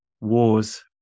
wars